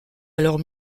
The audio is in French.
alors